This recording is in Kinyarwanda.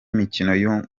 mikino